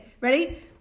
Ready